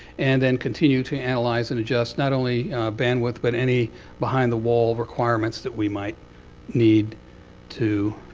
and then continue to analyze and adjust not only bandwidth, but any behind the wall requirements that we might need to